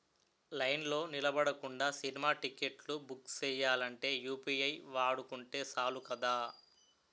లైన్లో నిలబడకుండా సినిమా టిక్కెట్లు బుక్ సెయ్యాలంటే యూ.పి.ఐ వాడుకుంటే సాలు కదా